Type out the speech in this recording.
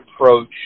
approach